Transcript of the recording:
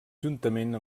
juntament